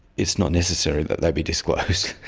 it's not necessary that they be disclosed.